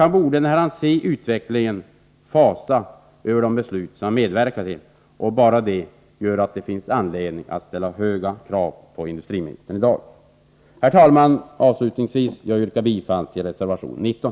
När han ser utvecklingen, borde han fasa över de beslut som han har medverkat till. Bara detta gör att det finns anledning att i dag ställa höga krav på industriministern. Herr talman! Jag yrkar bifall till reservation 19.